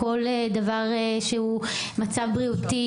שכל דבר שהוא מצב בריאותי,